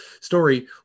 story